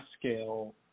scale